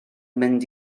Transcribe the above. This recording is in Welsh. mynd